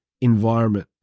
environment